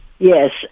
Yes